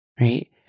right